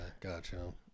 Gotcha